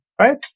right